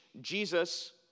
Jesus